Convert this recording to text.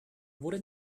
wurde